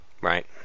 Right